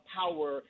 power